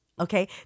Okay